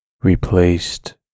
replaced